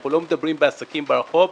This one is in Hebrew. אנחנו לא מדברים על עסקים ברחוב,